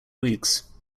weeks